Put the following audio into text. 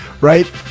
right